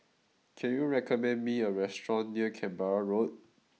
can you recommend me a restaurant near Canberra Road